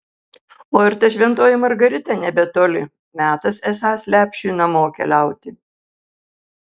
o ir ta šventoji margarita nebetoli metas esąs lepšiui namo keliauti